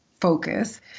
focus